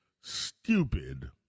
stupid